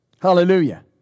Hallelujah